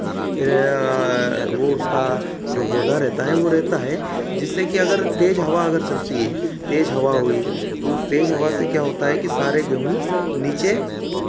वह उसका जो पौधा रहता है वह रहता है जिससे कि अगर तेज़ हवा अगर चलती है तेज़ हवा हुई तो उस तेज़ हवा से क्या होता है कि सारे गेहूँ नीचे